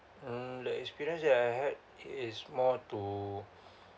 mm the experience that I had is more to